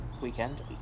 weekend